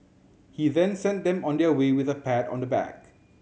he then sent them on their way with a pat on the back